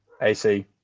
ac